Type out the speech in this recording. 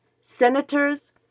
senators